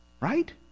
Right